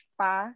pa